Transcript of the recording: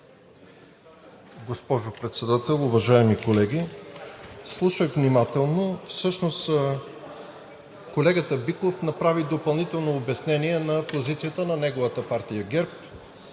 Госпожо Председател, уважаеми колеги! Слушах внимателно. Всъщност колегата Биков направи допълнително обяснение на позицията на неговата партия ГЕРБ.